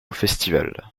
festival